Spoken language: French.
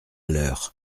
leur